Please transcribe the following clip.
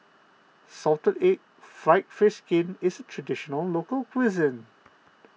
Salted Egg Fried Fish Skin is a Traditional Local Cuisine